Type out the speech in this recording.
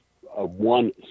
one